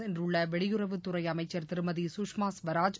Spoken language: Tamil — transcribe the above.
சென்றுள்ள வெளியுறவுத்துறை அமைச்சர் திருமதி சுஷ்மா ஸ்வராஜ்